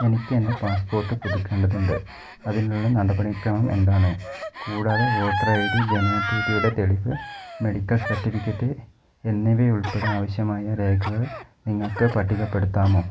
എനിക്ക് എൻ്റ പാസ്പോർട്ട് പുതുക്കേണ്ടതുണ്ട് അതിനുള്ള നടപടിക്രമം എന്താണ് കൂടാതെ വോട്ടർ ഐ ഡി ജനനത്തീയതിയുടെ തെളിവ് മെഡിക്കൽ സർട്ടിഫിക്കറ്റ് എന്നിവയുൾപ്പെടെ ആവശ്യമായ രേഖകൾ നിങ്ങൾക്ക് പട്ടികപ്പെടുത്താമോ